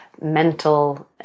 mental